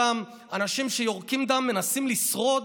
אותם אנשים שיורקים דם ומנסים לשרוד,